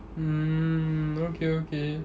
mm okay okay